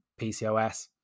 PCOS